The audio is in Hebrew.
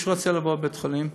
מי שרוצה לעבור בית-חולים,